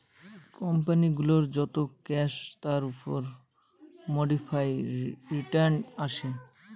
company গুলোর যত cash তার উপর মোডিফাইড রিটার্ন আসে